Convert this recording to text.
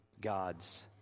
God's